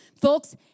Folks